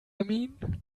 mean